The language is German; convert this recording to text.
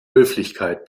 höflichkeit